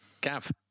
Gav